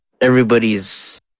everybody's